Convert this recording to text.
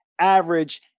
average